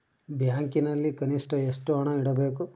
ಬ್ಯಾಂಕಿನಲ್ಲಿ ಕನಿಷ್ಟ ಎಷ್ಟು ಹಣ ಇಡಬೇಕು?